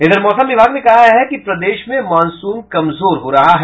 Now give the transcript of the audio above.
उधर मौसम विभाग ने कहा है कि प्रदेश में मानसून कमजोर हो रहा है